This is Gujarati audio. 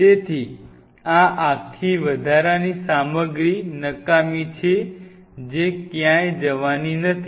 તેથી આ આખી વધારાની સામગ્રી નકામી છે જે ક્યાંય જવાની નથી